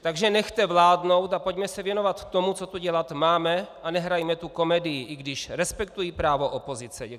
Takže nechte ji vládnout a pojďme se věnovat tomu, co tu dělat máme, a nehrajme tu komedii, i když respektuji právo opozice.